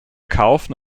kaufen